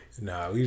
Nah